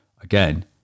again